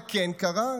מה כן קרה?